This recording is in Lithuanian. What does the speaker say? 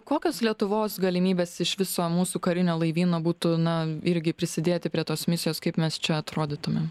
kokios lietuvos galimybės iš viso mūsų karinio laivyno būtų na irgi prisidėti prie tos misijos kaip mes čia atrodytumėm